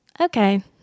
okay